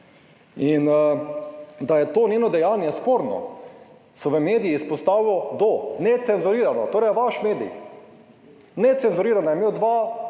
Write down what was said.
in da je to njeno dejanje sporno so v medijih izpostavili to Necenzurirano, torej vaš medij. Necenzurirano je imel dva